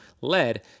lead